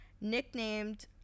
nicknamed